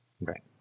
Right